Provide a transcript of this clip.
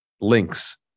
links